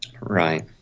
Right